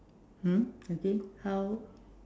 hmm again how